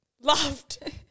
Loved